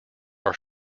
are